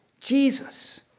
Jesus